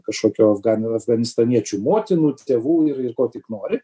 kažkokio afganių afganistaniečių motinų tėvų ir ir ko tik nori